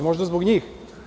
Možda zbog njih?